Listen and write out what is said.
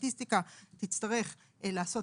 לסטטיסטיקה הבנו שהיא תצטרך לעשות